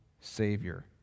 Savior